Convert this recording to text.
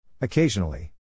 Occasionally